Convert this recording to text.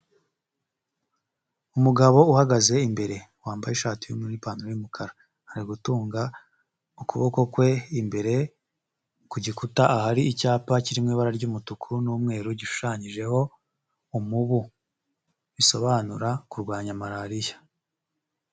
Umugabo uhagaze imbere wambaye ishati y'umweru n'ipantaro y'umukara, ari gutunga ukuboko kwe imbere ku gikuta ahari icyapa kiri mu ibara ry'umutuku n'umweru, gishushanyijeho umubu bisobanura kurwanya Malariya.